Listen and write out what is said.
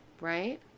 right